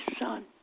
son